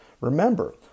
Remember